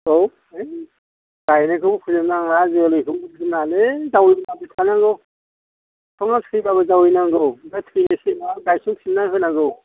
औ है गायनायखौ फोजोबनो नाङा जोलैखौ बिदि दोननाङालै जावायलायबाय थानांगौ एखनब्ला थैबाबो जावायनांगौ ओमफ्राय थैनोसैबा गायस्लायफिननानै होनांगौ